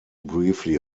briefly